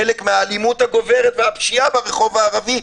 חלק מהאלימות הגוברת והפשיעה ברחוב הערבי,